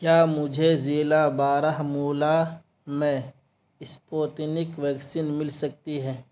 کیا مجھے ضلع بارہمولہ میں اسپوتنک ویکسین مل سکتی ہے